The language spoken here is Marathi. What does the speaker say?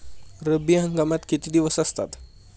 रब्बी हंगामात किती दिवस असतात?